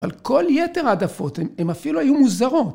על כל יתר העדפות, הן אפילו היו מוזרות.